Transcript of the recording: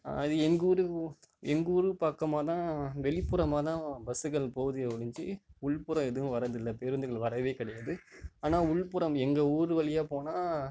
அது எங்கள் ஊருக்கு எங்கள் ஊருக்குப் பக்கமாக தான் வெளிப்புறமாக தான் பஸ்கள் போகுதேயொழிஞ்சி உள்புறம் எதுவும் வரதில்லை பேருந்துகள் வரதே கிடையாது ஆனால் உள்புறம் எங்கள் ஊர் வழியாக போனால்